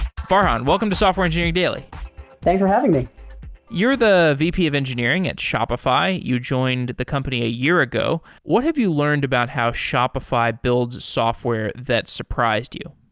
farhan, welcome to software engineering daily thanks for having me you're the vp of engineering at shopify. you joined the company a year ago. what have you learned about how shopify builds software that surprised you?